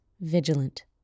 vigilant